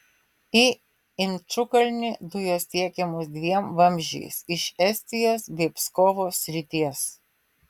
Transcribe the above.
į inčukalnį dujos tiekiamos dviem vamzdžiais iš estijos bei pskovo srities